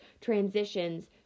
transitions